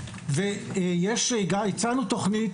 הצענו תוכנית,